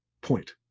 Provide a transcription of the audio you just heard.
point